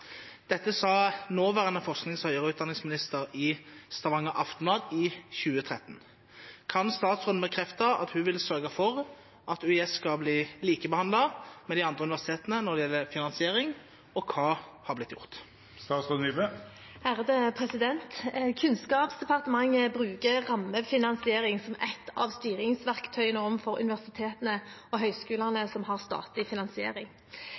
Dette sa nåværende forsknings- og høyere utdanningsminister i Stavanger Aftenblad i 2013. Kan statsråden bekrefte at hun vil sørge for at UiS skal bli likebehandlet med de andre universitetene når det gjelder finansiering, og hva har blitt gjort?» Kunnskapsdepartementet bruker rammefinansiering som et av styringsverktøyene overfor universitetene og høyskolene som har statlig finansiering.